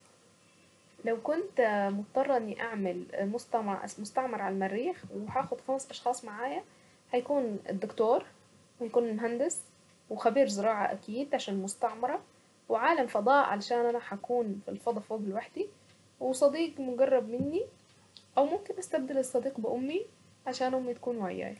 لو كنت مضطرة اني اعمل مستعمر على المريخ وهاخد خمس اشخاص معايا، هيكون الدكتور، ويكون المهندس، وخبير زراعة اكيد، عشان مستعمرة، وعالم فضاء، علشان انا هكون في الفضاء فوق لوحدي، وصديق مقرب مني، او ممكن استبدل الصديق بامي عشان امي تكون وياي.